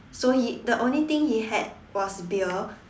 so he the only thing he had was beer